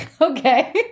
Okay